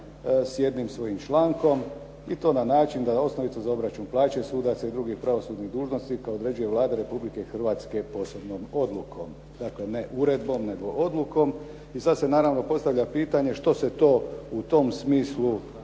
s jednim svojim člankom. I to na način da je osnovica za obračun plaće sudaca i drugih pravosudnih dužnosnika određuje Vlada Republike Hrvatske posebnom odlukom. Dakle, ne uredbom, nego odlukom. I sada se naravno postavlja pitanje, što se to u tom smislu